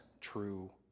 true